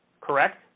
Correct